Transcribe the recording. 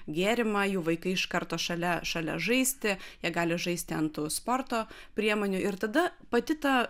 gėrimą jų vaikai iš karto šalia šalia žaisti jie gali žaisti ant tų sporto priemonių ir tada pati ta